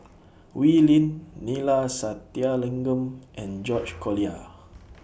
Wee Lin Neila Sathyalingam and George Collyer